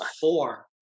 four